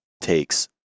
takes